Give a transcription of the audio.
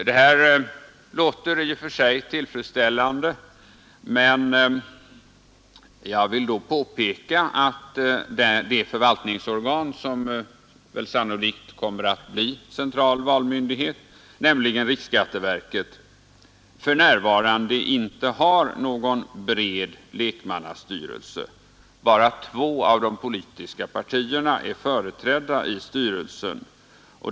Detta låter i och för sig tillfredsställande, men jag vill påpeka att det förvaltningsorgan som väl sannolikt kommer att bli central valmyndighet, nämligen riksskatteverket, för närvarande inte har någon bred lekmannastyrelse; bara två av de politiska partierna är företrädda i styrelsen.